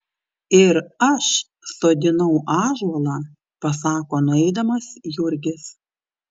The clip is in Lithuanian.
ir aš sodinau ąžuolą pasako nueidamas jurgis